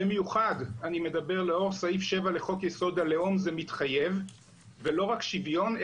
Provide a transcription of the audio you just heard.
במיוחד אני מדבר לאור סעיף 7 לחוק יסוד: הלאום זה מתחייב ולא רק שוויון,